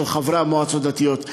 של חברי המועצות הדתיות.